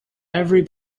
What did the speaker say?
every